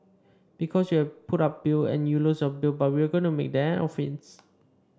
because you have put up bail and you lose your bail but we are going to make that an offence